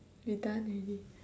we're done already